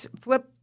flip